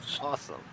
Awesome